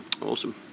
awesome